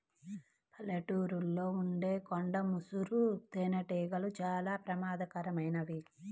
పల్లెటూళ్ళలో ఉండే కొండ ముసురు తేనెటీగలు చాలా ప్రమాదకరమైనవి